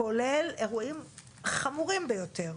כולל אירועים חמורים ביותר,